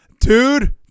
dude